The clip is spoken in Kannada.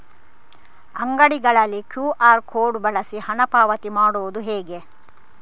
ಅಂಗಡಿಗಳಲ್ಲಿ ಕ್ಯೂ.ಆರ್ ಕೋಡ್ ಬಳಸಿ ಹಣ ಪಾವತಿ ಮಾಡೋದು ಹೇಗೆ?